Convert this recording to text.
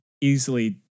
easily